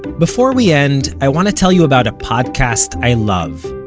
before we end, i want to tell you about a podcast i love,